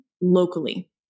locally